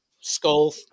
skull